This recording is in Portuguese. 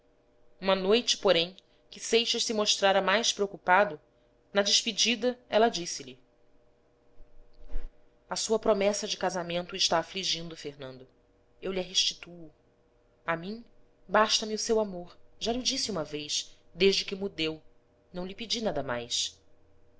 uma noite porém que seixas se mostrara mais preocupado na despedida ela disse-lhe a sua promessa de casamento o está afligindo fernando eu lha restituo a mim basta-me o seu amor já lho disse uma vez desde que mo deu não lhe pedi nada mais